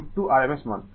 সুতরাং V হল rms মান